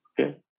Okay